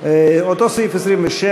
אותו סעיף 27,